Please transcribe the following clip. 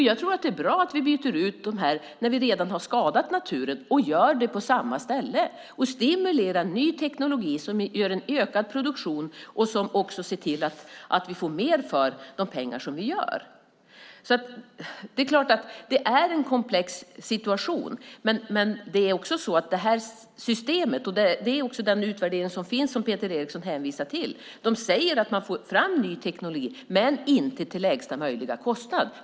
Jag tycker att det är bra att vi byter ut det när vi redan har skadat naturen och gör det på samma ställe. Vi stimulerar ny teknik som ger en ökad produktion och ser också till att vi får mer för de pengar vi satsar. Det är klart att det är en komplex situation. Men i systemet och i den utvärdering som finns och som Peter Eriksson hänvisar till säger man att man får fram ny teknologi men inte till lägsta möjliga kostnad.